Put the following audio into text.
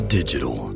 Digital